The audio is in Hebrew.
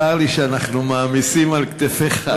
צר לי שאנחנו מעמיסים על כתפיך,